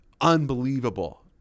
unbelievable